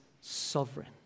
sovereign